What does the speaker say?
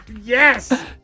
Yes